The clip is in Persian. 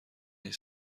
این